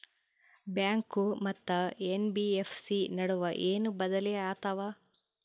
Bank ಮತ್ತ NBFC ನಡುವ ಏನ ಬದಲಿ ಆತವ?